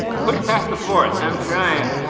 push past the forest. i'm trying.